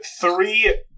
three